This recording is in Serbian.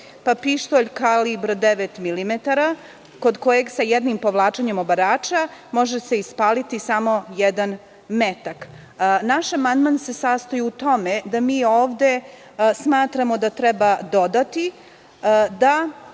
pištolj kalibra devet milimetara kod kojeg sa jednim povlačenjem obarača može se ispaliti samo jedan metak. Naš amandman se sastoji u tome da mi ovde smatramo da treba dodati -